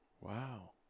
Wow